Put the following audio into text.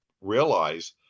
realize